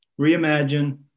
reimagine